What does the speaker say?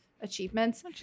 achievements